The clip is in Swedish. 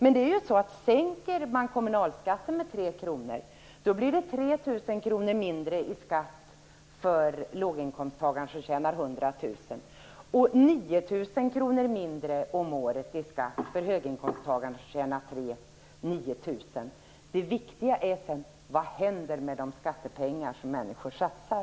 Om man sänker kommunalskatten med 3 kr blir det 3 000 kr mindre i skatt om året för låginkomsttagaren som tjänar 100 000 kr, och det blir 9 000 kr mindre i skatt för höginkomsttagaren som tjänar 300 000 kr. Det viktiga är vad som sedan händer med de skattepengar som människor satsar.